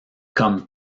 comme